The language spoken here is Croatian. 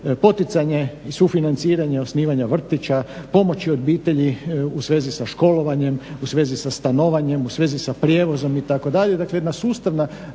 poticanje i sufinanciranje osnivanja vrtića, pomoći obitelji u svezi sa školovanjem, u svezi sa stanovanjem, u svezi sa prijevozom itd.